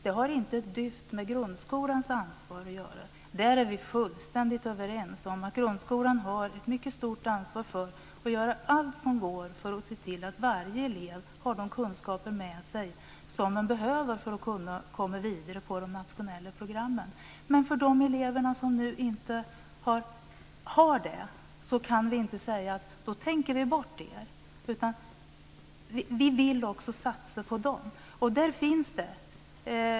Det har inte ett dyft med grundskolans ansvar att göra. Där är vi fullständigt överens om att grundskolan har ett mycket stort ansvar för att göra allt som går för att se till att varje elev har de kunskaper med sig som man behöver för att kunna komma vidare på de nationella programmen. Men för de elever som nu inte har det kan vi inte säga: Då tänker vi bort er! Vi vill också satsa på dem.